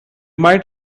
might